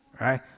Right